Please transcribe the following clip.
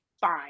fine